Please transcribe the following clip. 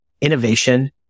innovation